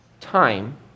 time